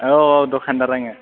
औ औ दखानदार आङो